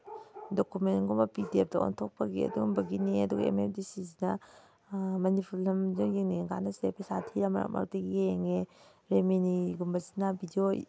ꯗꯣꯀꯨꯃꯦꯟꯒꯨꯝꯕ P D ꯑꯦꯐꯇ ꯑꯣꯟꯊꯣꯛꯄꯒꯤ ꯑꯗꯨꯒꯨꯝꯕꯒꯤꯅꯦ ꯑꯗꯨꯒ ꯑꯦꯝ ꯑꯦꯐ ꯗꯤ ꯁꯤ ꯁꯤꯅ ꯃꯅꯤꯄꯨꯔ ꯐꯤꯂꯝꯗꯣ ꯌꯦꯡꯅꯤꯡꯉ ꯀꯥꯟꯗ ꯁꯦ ꯄꯩꯁꯥ ꯊꯤꯔꯒ ꯃꯔꯛ ꯃꯔꯛꯇ ꯌꯦꯡꯉꯦ ꯔꯦꯃꯤꯅꯤꯒꯨꯝꯕꯁꯤꯅ ꯕꯤꯗꯤꯑꯣ